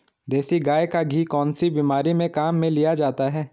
देसी गाय का घी कौनसी बीमारी में काम में लिया जाता है?